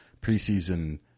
preseason